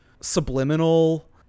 subliminal